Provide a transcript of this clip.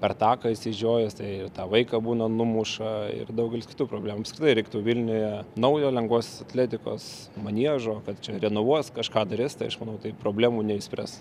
per taką išsižiojęs tai ir tą vaiką būna numuša ir daugelis kitų problemų apskritai reiktų vilniuje naujo lengvosios atletikos maniežo kad čia renovuos kažką darys tai aš manau tai problemų neišspręs